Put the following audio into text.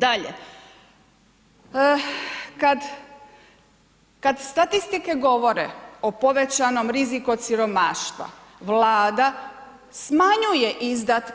Dalje, kad statistike govore o povećanom riziku od siromaštva, Vlada smanjuje